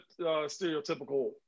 stereotypical